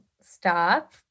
stop